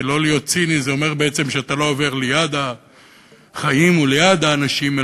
ולא להיות ציני זה אומר בעצם שאתה לא עובר ליד החיים וליד האנשים,